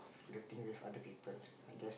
flirting with other people I guess